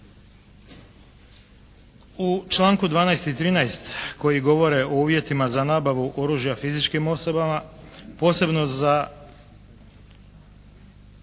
U članku 12. i 13. koji govore o uvjetima za nabavu oružja fizičkim osobama, posebno za